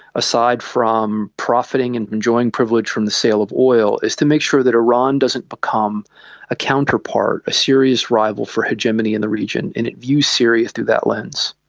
aside from profiting and enjoying privilege from the sale of oil, is to make sure that iran doesn't become a counterpart, a serious arrival for hegemony in the region. and it views syria through that lens.